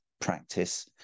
practice